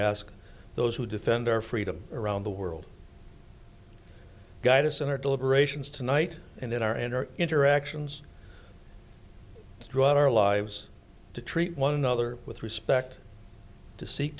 ask those who defend our freedom around the world guide us in our deliberations tonight and in our inner interactions throughout our lives to treat one another with respect to seek